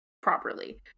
properly